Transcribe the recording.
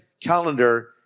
calendar